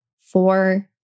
four